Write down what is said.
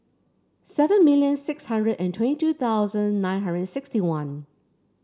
seven million six hundred and twenty two thousand nine hundred and sixty one